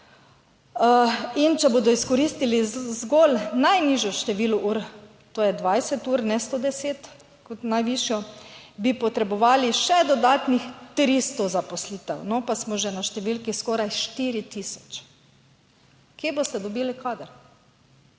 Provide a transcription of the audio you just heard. in če bodo izkoristili zgolj najnižje število ur, to je 20 ur, ne 110 kot najvišjo, bi potrebovali še dodatnih 300 zaposlitev. No, pa smo že na številki skoraj 4 tisoč. Kje boste dobili kader?